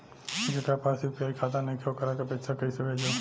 जेकरा पास यू.पी.आई खाता नाईखे वोकरा के पईसा कईसे भेजब?